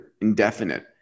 indefinite